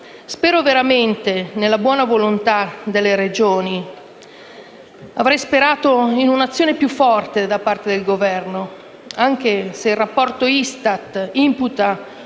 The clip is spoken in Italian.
Spero davvero nella buona volontà delle Regioni e avrei sperato in un' azione più forte da parte del Governo, anche se il rapporto ISTAT ha